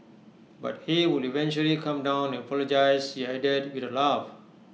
but he would eventually calm down and apologise she added with A laugh